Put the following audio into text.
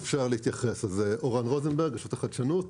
אורן רוזנברג, רשות החדשנות.